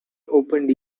opened